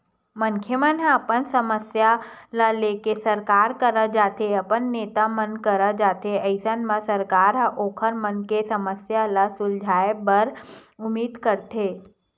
मनखे मन ह अपन समस्या ल लेके सरकार करा जाथे अपन नेता मन करा जाथे अइसन म सरकार ह ओखर मन के समस्या ल सुलझाय बर उदीम करथे